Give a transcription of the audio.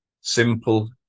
simple